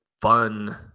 fun